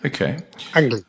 okay